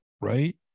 right